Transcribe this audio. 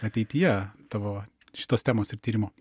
ateityje tavo šitos temos ir tyrimo